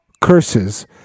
curses